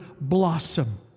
blossom